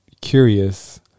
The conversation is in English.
curious